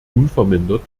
unvermindert